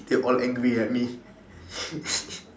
they all angry at me